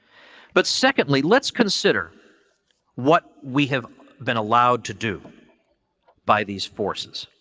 but, secondly, let's consider what we have been allowed to do by these forces.